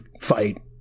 fight